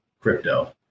crypto